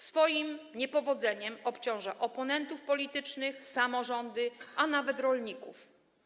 Swoim niepowodzeniem obciąża oponentów politycznych, samorządy, a nawet rolników.